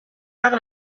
par